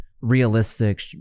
realistic